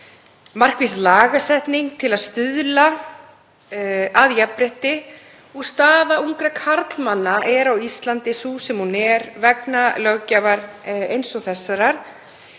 markviss lagasetning, til að stuðla að jafnrétti og staða ungra karlmanna er á Íslandi sú sem hún er vegna löggjafar eins og þessarar.